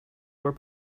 were